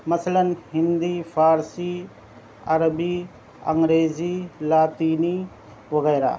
مثلاً ہندی فارسی عربی انگریزی لاطینی وغیرہ